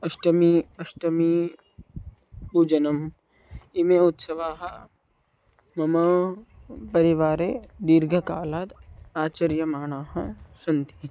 अष्टमी अष्टमीपूजनम् इमे उत्सवाः मम परिवारे दीर्घकालात् आचर्यमाणाः सन्ति